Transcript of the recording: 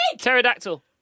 Pterodactyl